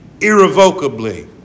irrevocably